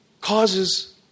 causes